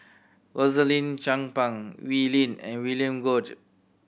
Rosaline Chan Pang Wee Lin and William Goode